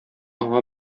аңа